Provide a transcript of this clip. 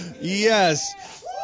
Yes